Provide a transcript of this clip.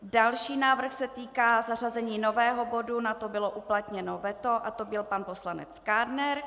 Další návrh se týká zařazení nového bodu, na to bylo uplatněno veto, to byl pan poslanec Kádner.